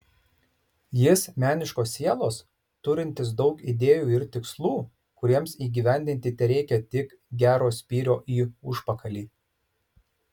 jis meniškos sielos turintis daug idėjų ir tikslų kuriems įgyvendinti tereikia tik gero spyrio į užpakalį